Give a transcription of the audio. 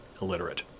illiterate